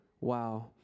Wow